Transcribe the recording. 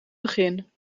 begin